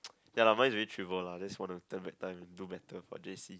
ya lah mine is really trivial lah just wanna turn back time and do better for j_c